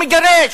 הוא מגרש.